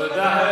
תודה,